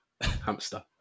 Hamster